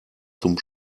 zum